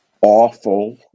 awful